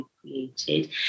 created